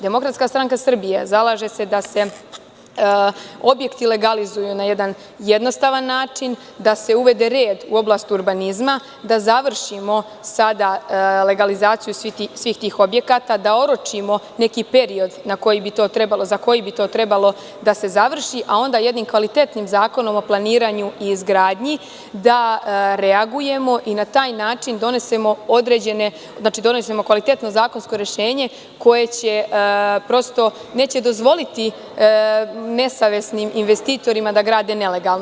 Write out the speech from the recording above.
Demokratska stranka Srbije se zalaže da se objekti legalizuju na jedan jednostavan način, da se uvede red u oblast urbanizma, da završimo legalizaciju svih tih objekata, da oročimo neki period za koji bi to trebalo da se završi, a onda jednim kvalitetnim zakonom o planiranju i izgradnji da reagujemo i na taj način donesemo kvalitetno zakonsko rešenje koje neće dozvoliti nesavesnim investitorima da grade nelegalno.